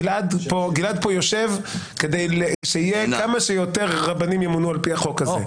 גלעד יושב פה כדי שכמה שיותר רבנים ימונו על פי החוק הזה.